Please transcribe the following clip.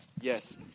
yes